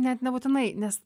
net nebūtinai nes